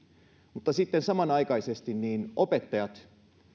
mutta samanaikaisesti opettajat